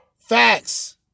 Facts